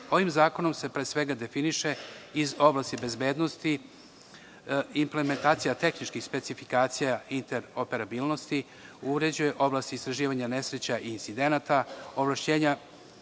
Ovim zakonom se, pre svega, definiše iz oblasti bezbednosti implementacija tehničkih specifikacija interoperabilnosti. Uređuje oblasti istraživanja nesreća i incidenata, ovlašćenja